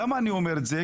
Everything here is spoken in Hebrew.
למה אני אומר את זה?